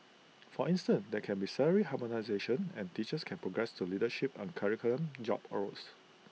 for instance there can be salary harmonisation and teachers can progress to leadership and curriculum job roles